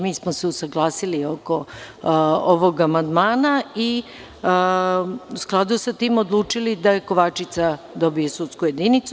Mi smo se usaglasili oko ovog amandmana i u skladu sa tim odlučili da Kovačica dobije sudsku jedinicu.